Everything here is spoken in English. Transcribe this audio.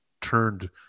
turned